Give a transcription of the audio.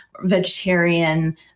vegetarian